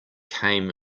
came